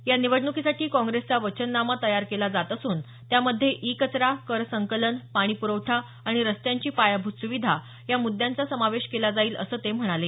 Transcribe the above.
या निवडणुकीसाठी काँग्रेसचा वचननामा तयार केला जात असून त्यामध्ये ई कचरा कर संकलन पाणीप्रवठा आणि रस्त्यांची पायाभूत सुविधा या मुद्दांचा समावेश केला जाईल असं ते म्हणाले